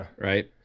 Right